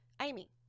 Amy